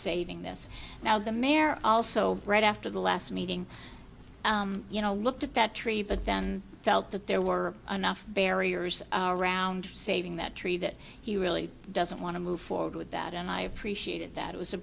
saving this now the mare also right after the last meeting you know looked at that tree but then felt that there were enough barriers around saving that tree that he really doesn't want to move forward with that and i appreciated that it was a